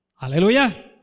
Hallelujah